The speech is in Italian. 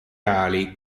ali